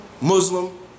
Muslim